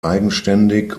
eigenständig